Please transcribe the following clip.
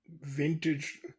Vintage